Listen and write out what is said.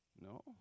No